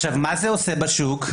מה זה עושה לשוק?